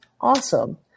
Awesome